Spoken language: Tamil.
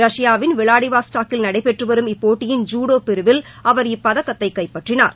ரஷ்பாவின் விளாடிவாஸ்டாக் கில் நடைபெற்று வரும் இப்போட்டியின் ஜுடோ பிரிவில் அவர்இப்பதக்கத்தை கைப்பற்றினார்